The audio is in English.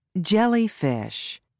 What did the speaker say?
Jellyfish